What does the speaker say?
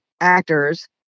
actors